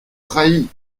trahi